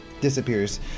disappears